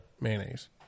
mayonnaise